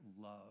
love